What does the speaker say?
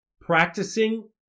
practicing